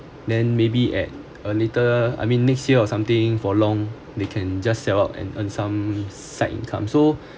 then maybe at a later I mean next year or something for long they can just sell out and earn some side income so